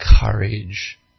courage